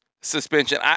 suspension